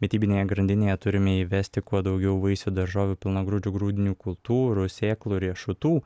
mitybinėje grandinėje turime įvesti kuo daugiau vaisių daržovių pilnagrūdžių grūdinių kultūrų sėklų riešutų